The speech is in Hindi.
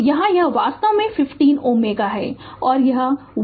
तो यहाँ यह वास्तव में 15 Ω है और यह 1 2 है